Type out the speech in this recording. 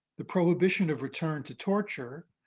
the prohibition of return to torture,